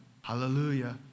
hallelujah